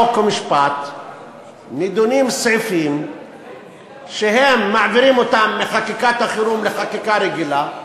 חוק ומשפט נדונים סעיפים שמעבירים אותם מחקיקת החירום לחקיקה רגילה,